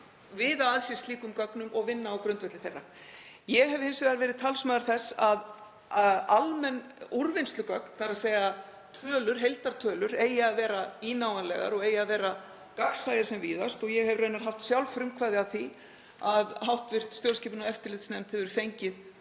viða að sér slíkum gögnum og vinna á grundvelli þeirra. Ég hef hins vegar verið talsmaður þess að almenn úrvinnslugögn, þ.e. tölur, heildartölur, eigi að vera ínáanlegar og það eigi að vera gagnsæi sem víðast. Ég hef raunar sjálf haft frumkvæði að því að hv. stjórnskipunar- og eftirlitsnefnd hefur fengið